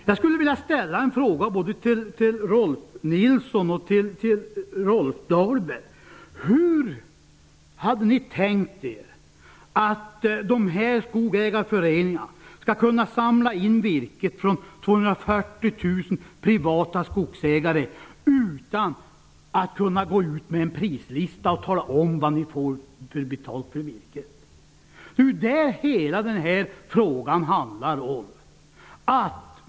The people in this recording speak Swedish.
Jag skulle vilja ställa en fråga både till Rolf L Nilson och till Rolf Dahlberg: Hur hade ni tänkt er att dessa skogägarföreningar skall kunna samla in virke från 240 000 privata skogsägare utan att kunna gå ut med en prislista och tala om vad ägarna får betalt för virket? Det är ju det hela denna fråga handlar om.